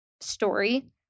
story